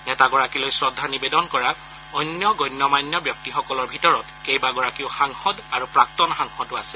নেতাগৰাকীলৈ শ্ৰদ্ধা নিৱেদন কৰা অন্য গণ্য মান্য ব্যক্তিসকলৰ ভিতৰত কেইবাগৰাকীও সাংসদ আৰু প্ৰাক্তন সাংসদো আছে